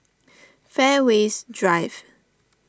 Fairways Drive